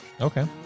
Okay